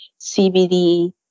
cbd